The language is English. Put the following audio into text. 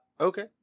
okay